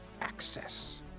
access